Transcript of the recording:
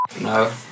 No